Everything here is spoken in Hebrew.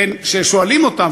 וכששואלים אותם,